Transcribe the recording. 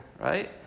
right